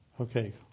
Okay